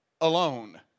alone